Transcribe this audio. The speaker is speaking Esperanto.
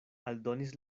aldonis